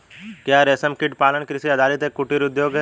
क्या रेशमकीट पालन कृषि आधारित एक कुटीर उद्योग है?